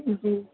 جی